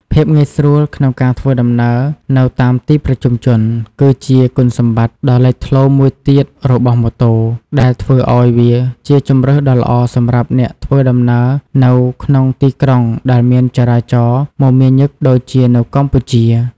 ភាពងាយស្រួលក្នុងការធ្វើដំណើរនៅតាមទីប្រជុំជន គឺជាគុណសម្បត្តិដ៏លេចធ្លោមួយទៀតរបស់ម៉ូតូ ដែលធ្វើឱ្យវាជាជម្រើសដ៏ល្អសម្រាប់អ្នកធ្វើដំណើរនៅក្នុងទីក្រុងដែលមានចរាចរណ៍មមាញឹកដូចជានៅកម្ពុជា។